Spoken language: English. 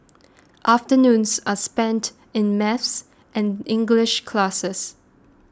afternoons are spent in maths and English classes